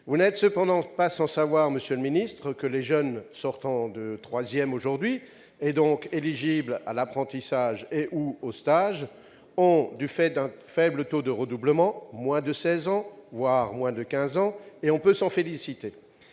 Vous n'êtes cependant pas sans savoir, monsieur le ministre, que les jeunes sortant de troisième aujourd'hui, et donc éligibles à l'apprentissage ou aux stages, ont, du fait d'un faible taux de redoublement, moins de seize ans, voire moins de quinze ans. On peut s'en féliciter,